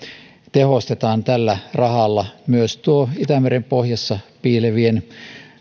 tehostetaan tällä rahalla myös itämeren pohjassa piilevien